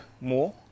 more